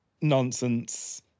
nonsense